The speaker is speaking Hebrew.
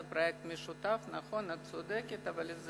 זה פרויקט משותף, את צודקת, אבל יש